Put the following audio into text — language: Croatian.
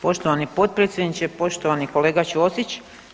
Poštovani potpredsjedniče, poštovani kolega Ćosić.